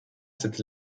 cette